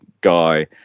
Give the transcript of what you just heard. guy